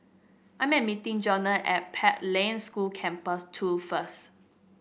I am meeting Johnnie at Pathlight School Campus Two first